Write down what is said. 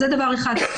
זה דבר אחד.